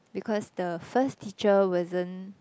because the first teacher wasn't